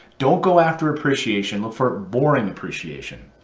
don't go after appreciation. look for boring appreciation,